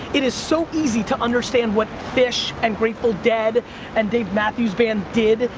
it is so easy to understand what phish and grateful dead and dave matthews band did.